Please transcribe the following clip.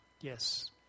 Yes